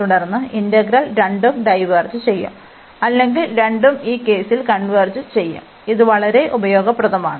തുടർന്ന് ഇന്റഗ്രൽ രണ്ടും ഡൈവേർജ് ചെയ്യുo അല്ലെങ്കിൽ രണ്ടും ഈ കേസിൽ കൺവെർജ് ചെയ്യുo ഇത് വളരെ ഉപയോഗപ്രദമാണ്